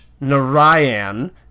narayan